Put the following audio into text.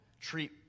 treat